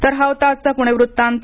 तर हा होता आजचा पुणे वृत्तांत